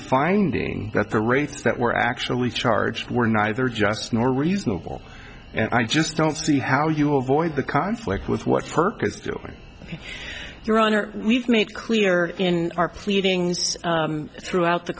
finding that the rates that were actually charged were neither just nor reasonable and i just don't see how you avoid the conflict with what purpose doing your honor we've made clear in our pleadings throughout the